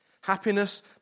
Happiness